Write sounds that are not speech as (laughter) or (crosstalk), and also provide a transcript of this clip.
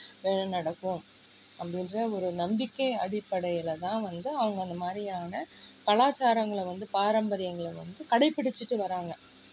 (unintelligible) நடக்கும் அப்படின்ற ஒரு நம்பிக்கை அடிப்படையில் தான் வந்து அவங்க அந்த மாதிரியான கலாச்சாரங்களை வந்து பாரம்பரியங்களை வந்து கடைப்பிடிச்சுட்டு வர்றாங்க